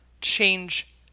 change